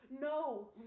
No